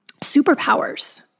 superpowers